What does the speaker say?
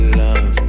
love